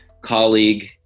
colleague